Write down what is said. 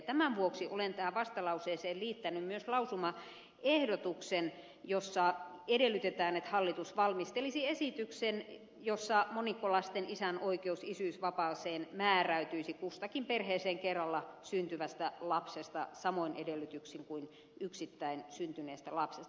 tämän vuoksi olen tähän vastalauseeseen liittänyt myös lausumaehdotuksen jossa edellytetään että hallitus valmistelisi esityksen jossa monikkolasten isän oikeus isyysvapaaseen määräytyisi kustakin perheeseen kerralla syntyvästä lapsesta samoin edellytyksin kuin yksittäin syntyneestä lapsesta